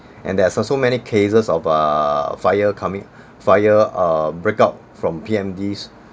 and there are so so many cases of uh fire coming fire uh breakout from P_M_Ds